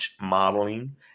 Modeling